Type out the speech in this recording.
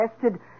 tested